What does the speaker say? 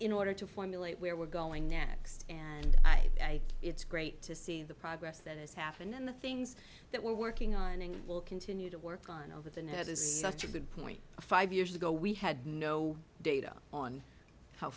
in order to formulate where we're going next and i it's great to see the progress that has happened in the things that we're working on and will continue to work on over the net is such a good point five years ago we had no data on how